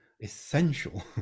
essential